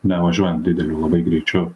nevažiuojant dideliu greičiu